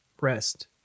rest